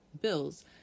bills